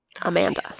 Amanda